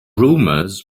rumors